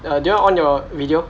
err do you wanna on your video